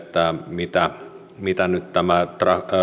että mitä nyt